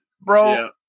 bro